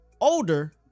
Older